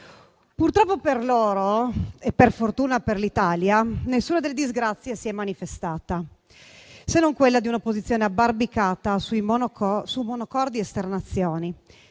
Purtroppo per loro (e per fortuna per l'Italia), nessuna delle disgrazie si è manifestata, se non quella di un'opposizione abbarbicata su monocordi esternazioni,